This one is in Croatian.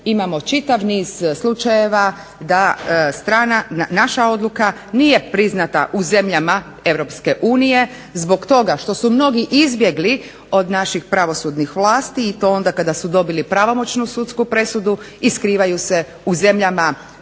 imamo čitav niz slučajeva da naša odluka nije priznata u zemljama EU zbog toga što su mnogi izbjegli od naših pravosudnih vlasti i to onda kada su dobili pravomoćnu sudsku presudu i skrivaju se u zemljama EU